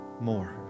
more